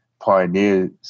Pioneers